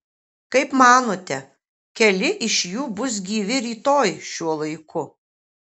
kaip manote keli iš jų bus gyvi rytoj šiuo laiku